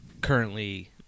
currently